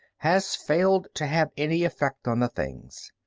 has failed to have any effect on the things.